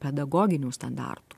pedagoginių standartų